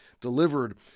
delivered